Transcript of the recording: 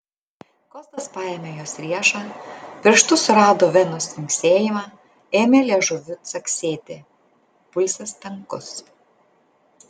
kostas paėmė jos riešą pirštu surado venos tvinksėjimą ėmė liežuviu caksėti pulsas tankus